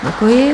Děkuji.